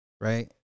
Right